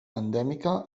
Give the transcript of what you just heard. endèmica